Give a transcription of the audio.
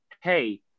hey